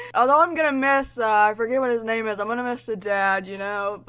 although i'm going to miss i forget what his name is. i'm going to miss the dad, you know,